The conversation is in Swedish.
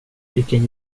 vilken